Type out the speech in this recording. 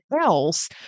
else